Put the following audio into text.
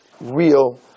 real